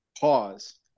pause